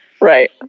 Right